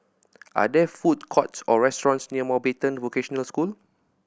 are there food courts or restaurants near Mountbatten Vocational School